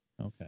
Okay